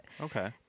Okay